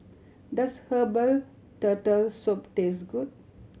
does herbal Turtle Soup taste good